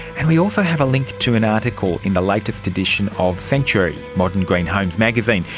and we also have a link to an article in the latest edition of sanctuary modern green homes magazine,